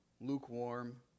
lukewarm